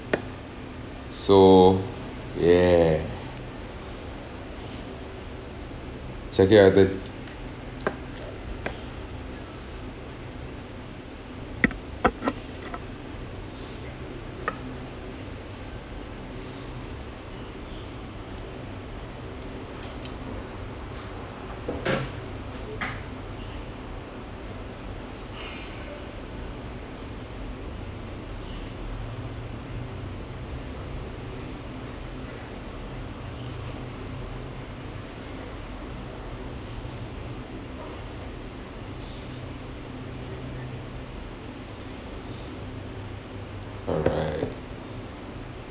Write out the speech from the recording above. so yeah check it out the alright